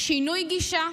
שינוי גישה,